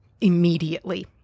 immediately